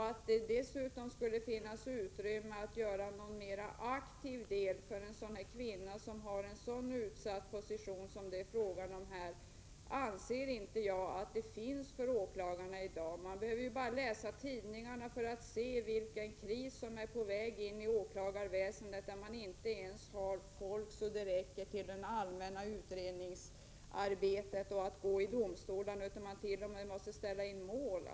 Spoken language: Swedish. Att det dessutom skulle finnas utrymme för att aktivt hjälpa en kvinna som har en så utsatt position som det här är fråga om anser jag inte existerar för åklagare i dag. Man behöver bara läsa tidningarna för att se vilken kris som är på väg att drabba åklagarväsendet. Man har ju inte ens folk så att det räcker till det allmänna utredningsarbetet vid domstolarna. Det har t.o.m. varit nödvändigt att ställa in mål.